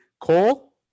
Cole